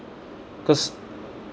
cause